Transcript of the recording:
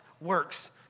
works